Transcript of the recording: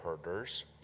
herders